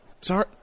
Sorry